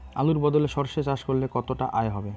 আলুর বদলে সরষে চাষ করলে কতটা আয় হবে?